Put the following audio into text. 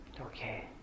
Okay